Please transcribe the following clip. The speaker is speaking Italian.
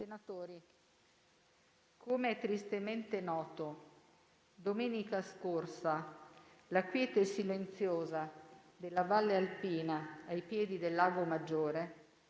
Senatori, come tristemente noto, domenica scorsa la quiete silenziosa della valle alpina ai piedi del Lago Maggiore